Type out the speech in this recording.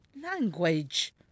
Language